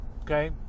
Okay